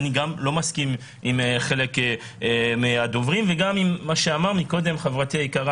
גם אני לא מסכים עם כל מיני דעות וגם על דעתה של חברתי היקרה